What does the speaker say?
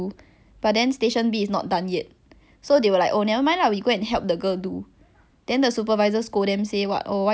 then he like !huh! that's so unreasonable we are like trying to improve your productivity then you come and scold us then I think he got very triggered I don't know